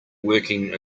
working